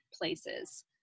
places